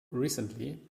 recently